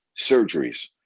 surgeries